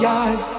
eyes